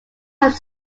have